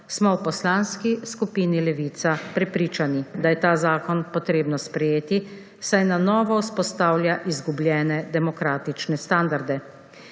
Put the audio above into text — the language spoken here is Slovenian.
smo v Poslanski skupini Levica prepričani, da je ta zakon potrebno sprejeti, saj na novo vzpostavlja izgubljene demokratične standarde.